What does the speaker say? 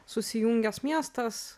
susijungęs miestas